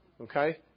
okay